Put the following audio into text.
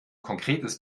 konkretes